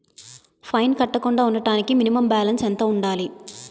Fine పడకుండా ఉండటానికి minimum balance ఎంత ఉండాలి?